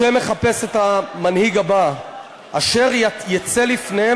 משה מחפש את המנהיג הבא "אשר יצא לפניהם